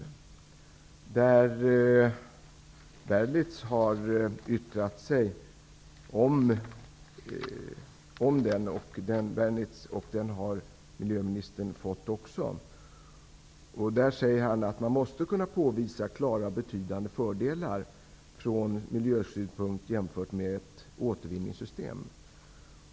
Professor Ulf Bernitz har yttrat sig om den, vilket miljöministern har fått ta del av. Ulf Bernitz säger att man måste kunna påvisa klara betydande fördelar från miljösynpunkt, i jämförelse med ett återvinningssystem.